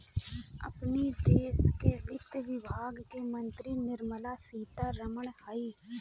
अपनी देस के वित्त विभाग के मंत्री निर्मला सीता रमण हई